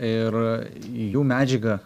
ir jų medžiagą